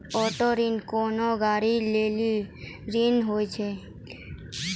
auto ऋण कोनो गाड़ी लै लेली ऋण होय छै